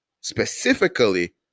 specifically